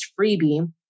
freebie